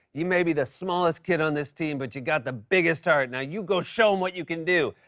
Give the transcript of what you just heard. you may be the smallest kid on this team, but you got the biggest heart. now you go show him what you can do!